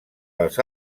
les